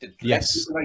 Yes